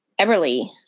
Everly